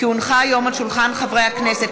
כי הונחו היום על שולחן הכנסת,